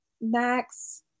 Max